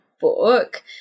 book